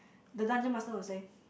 the dungeon master will say